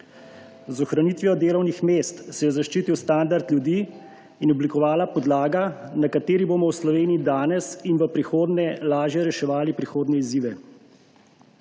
Z ohranitvijo delovnih mest se je zaščitil standard ljudi in oblikovala podlaga, na kateri bomo v Sloveniji danes in v prihodnje lažje reševali prihodnje izzive.